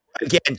again